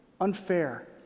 Unfair